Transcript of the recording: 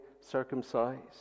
circumcised